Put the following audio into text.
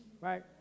Right